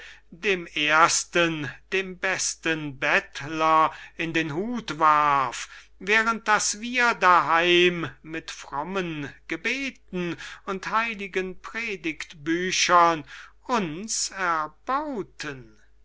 dem ersten dem besten bettler in den hut warf während daß wir daheim mit frommen gebeten und heiligen predigtbüchern uns erbauten